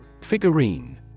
Figurine